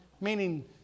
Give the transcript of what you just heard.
Meaning